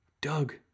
doug